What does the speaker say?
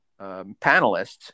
panelists